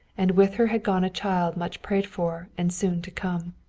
and with her had gone a child much prayed for and soon to come.